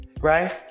right